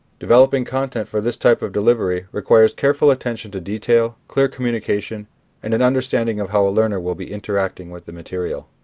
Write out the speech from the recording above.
developing content for this type of delivery requires careful attention to detail, clear communication and an understanding of how a learner will be interacting with the material.